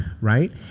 right